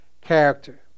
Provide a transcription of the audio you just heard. character